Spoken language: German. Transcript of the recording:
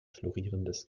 florierendes